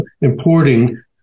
importing